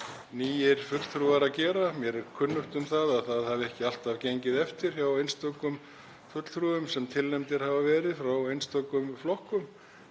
nýir fulltrúar þurfi að gera það. Mér er kunnugt um að það hafi ekki alltaf gengið eftir hjá einstökum fulltrúum sem tilnefndir hafa verið frá einstökum flokkum